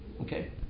okay